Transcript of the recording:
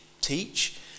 teach